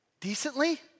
Decently